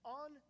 on